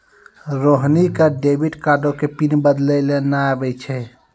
रोहिणी क डेबिट कार्डो के पिन बदलै लेय नै आबै छै